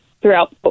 throughout